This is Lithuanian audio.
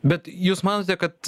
bet jūs manote kad